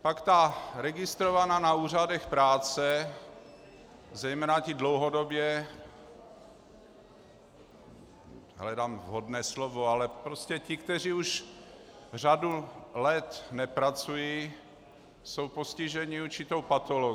Pak ta registrovaná na úřadech práce, zejména ti dlouhodobě hledám vhodné slovo, ale prostě ti, kteří už řadu let nepracují, jsou postižení určitou patologií.